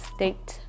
State